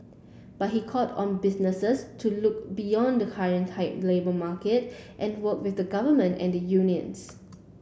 but he called on businesses to look beyond the current tight labour market and work with the government and unions